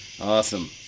Awesome